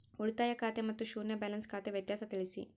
ಉಳಿತಾಯ ಖಾತೆ ಮತ್ತೆ ಶೂನ್ಯ ಬ್ಯಾಲೆನ್ಸ್ ಖಾತೆ ವ್ಯತ್ಯಾಸ ತಿಳಿಸಿ?